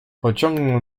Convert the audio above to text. pociągnął